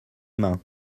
mains